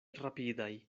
rapidaj